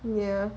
ya